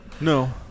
No